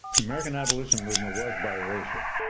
american abolition movement was biracial.